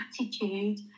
attitude